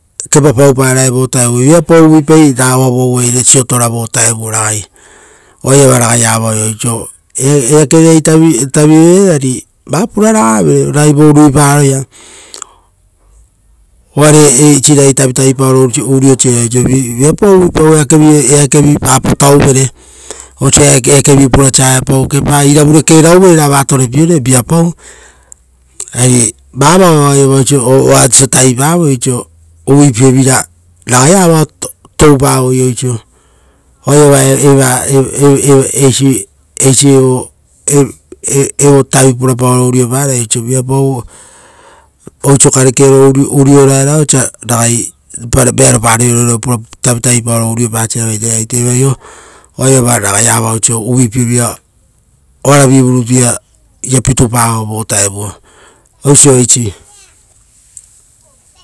Kepa pauparae vo vutao ia. Viapau uvuipai ra oaipa ra oa vuavu vai re poteaa vo vutao ragaii. Oa iava ragai avao ia oiso, eakevai re tavi evere ari vaa pura raga avere, ragai vo ruipa aroia, uvare eisi ragai tavitavi paoro urio sera, oiso viapau uvuipau oiso, "vipau, eake viipa apotau vere". Osa eakevi purasa auepau, kepaa, iravure kerauvere ravaa torepie reve, viapau! Avi vaa vao oiava oiso oa oiso tavipavoi oiso, uvuipie vira ragai avao toupavoi oiso. Oa iava eva ee- eisi eisi evo tavi purapaoro urio parai, oiso viapau oiso karekeoro uriora era osa ragai pa vearopa rugoro tavitavi paoro uriopa sera vaitereo aite vaio. Oaiava ragai a vao oiso uvuipie vira oaravurutu ia pitupavo vo vutao ia oiso eisi.